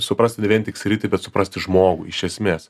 suprasti ne vien tik sritį bet suprasti žmogų iš esmės